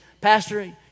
Pastor